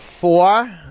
Four